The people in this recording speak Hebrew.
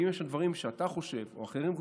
אם יש שם דברים שאתה חושב, או אחרים חושבים,